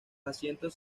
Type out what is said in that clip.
asientos